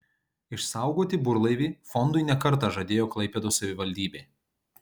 išsaugoti burlaivį fondui ne kartą žadėjo klaipėdos savivaldybė